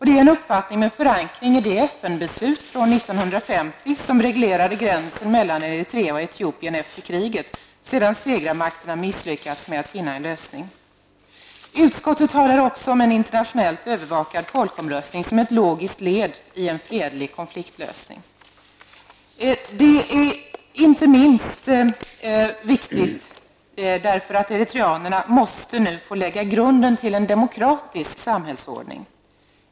Det är en uppfattning med förankring i det FN-beslut från 1950 som reglerade gränsen mellan Eritrea och Etiopien efter kriget, sedan segrarmakterna hade misslyckats med att finna en lösning. Utskottet skriver också om en internationellt övervakad folkomröstning som ett logiskt led i en fredlig konfliktlösning. Det är inte minst viktigt, därför att eritreanerna måste få lägga grunden till en demokratisk samhällsordning.